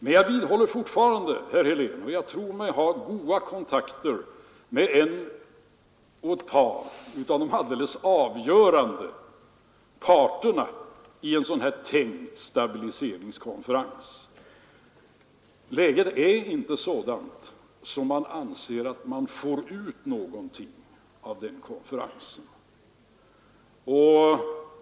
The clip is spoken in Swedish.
Jag vidhåller — och jag tror mig ha goda kontakter med en eller ett par av de avgörande parterna i en tänkt stabiliseringskonferens — att läget inte är sådant att man anser att man får ut någonting av en sådan konferens.